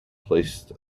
placed